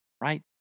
right